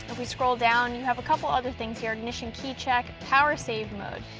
ah we scroll down, you have a couple of other things here. ignition key check, power save mode.